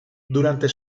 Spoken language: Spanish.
durante